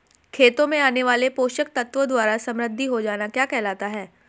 खेतों में आने वाले पोषक तत्वों द्वारा समृद्धि हो जाना क्या कहलाता है?